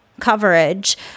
coverage